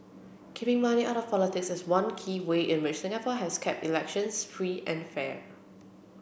keeping money out of politics is one key way in which Singapore has kept elections free and fair